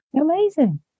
Amazing